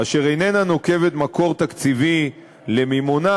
אשר איננה נוקבת מקור תקציבי למימונה,